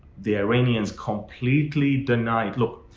the iranians completely denied. look,